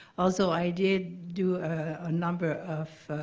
also i did do a number of